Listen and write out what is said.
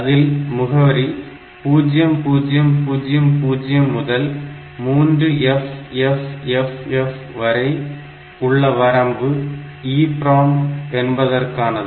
அதில் முகவரி 0000 முதல் 3FFF வரை உள்ள வரம்பு EPROM என்பதற்கானது